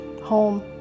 home